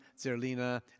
Zerlina